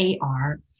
AR